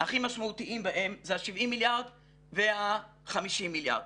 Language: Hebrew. הכי משמעותיים בהם זה ה-70 מיליארד וה-50 מיליארד.